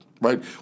right